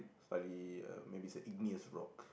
slightly uh maybe is a igneous rock